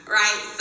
right